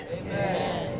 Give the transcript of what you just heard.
Amen